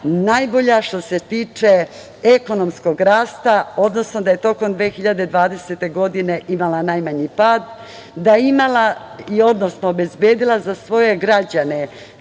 najbolja što se tiče ekonomskog rasta, odnosno da je tokom 2020. godine imala najmanji pad, da je imala, odnosno obezbedila za svoje građane